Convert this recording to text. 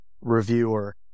reviewer